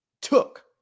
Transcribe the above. took